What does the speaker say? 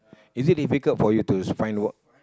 is it difficult for you to find work